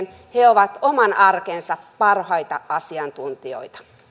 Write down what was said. he ovat oman arkensa parhaita asiantuntijoita